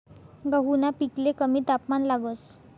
गहूना पिकले कमी तापमान लागस